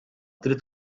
trid